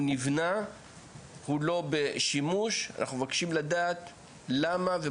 אנחנו מבקשים לדעת למה,